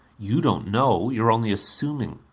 you don't know. you are only assuming.